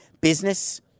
business